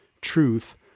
truth